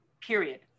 period